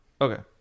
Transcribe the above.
Okay